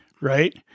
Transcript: Right